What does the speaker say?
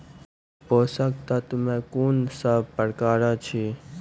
पोसक तत्व मे कून सब प्रकार अछि?